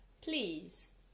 Please